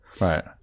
Right